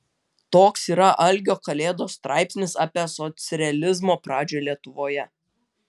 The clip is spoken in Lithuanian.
toks yra algio kalėdos straipsnis apie socrealizmo pradžią lietuvoje